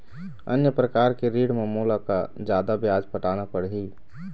अन्य प्रकार के ऋण म मोला का जादा ब्याज पटाना पड़ही?